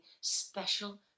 special